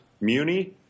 Muni –